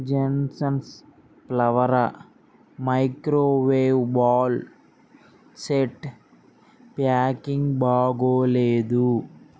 Jensons Flora microwave bowl set packing బాగోలేదు